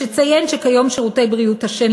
יש לציין שכיום שירותי בריאות השן